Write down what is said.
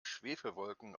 schwefelwolken